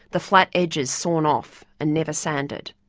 the flat edges sawn off and never sanded.